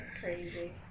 Crazy